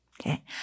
Okay